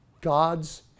God's